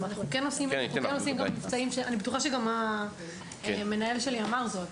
אני בטוחה שגם המנהל שלי אמר זאת,